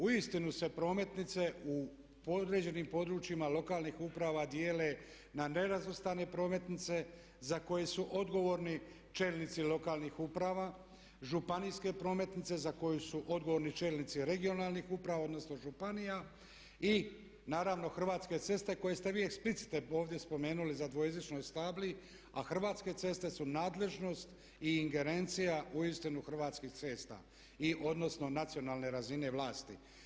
Uistinu se prometnice u određenim područjima lokalnih uprava dijele na nerazvrstane prometnice za koje su odgovorni čelnici lokalnih uprava, županijske prometnice za koje su odgovorni čelnici regionalnih uprava odnosno županija i naravno Hrvatske ceste koje ste vi explicite ovdje spomenuli za dvojezičnost tabli, a Hrvatske ceste su nadležnost i ingerencija uistinu Hrvatskih cesta odnosno nacionalne razine vlasti.